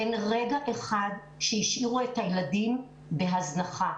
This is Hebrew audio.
אין רגע אחד שהשאירו את הילדים בהזנחה.